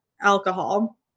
alcohol